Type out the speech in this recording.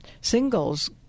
singles